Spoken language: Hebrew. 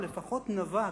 או לפחות נבע,